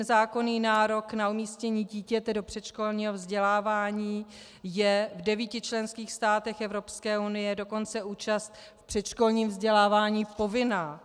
Zákonný nárok na umístění dítěte do předškolního vzdělávání je v devíti členských státech Evropské unie, dokonce účast v předškolním vzdělávání je povinná.